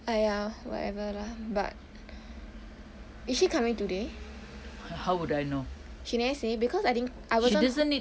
!aiya! whatever lah but is she coming today she never say because I th~ I wasn't